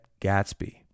Gatsby